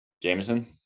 Jameson